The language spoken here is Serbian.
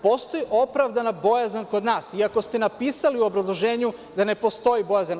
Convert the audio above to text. Postoji opravdana bojazan kod nas, iako ste napisali u obrazloženju da ne postoji bojazan.